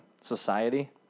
society